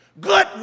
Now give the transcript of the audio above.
Good